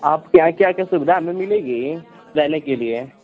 आपके यहाँ क्या क्या की सुविधा हमें मिलेगी रहने के लिए